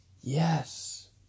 Yes